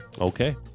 Okay